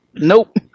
Nope